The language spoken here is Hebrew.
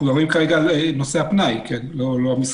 אנחנו מדברים כרגע על נושא הפנאי, לא המסחר.